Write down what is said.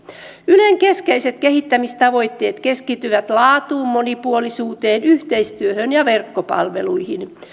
ylen keskeiset kehittämistavoitteet keskittyvät laatuun monipuolisuuteen yhteistyöhön ja verkkopalveluihin